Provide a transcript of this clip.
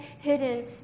hidden